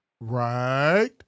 Right